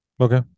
okay